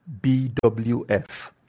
BWF